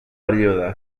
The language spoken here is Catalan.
període